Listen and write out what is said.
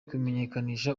kumenyekanisha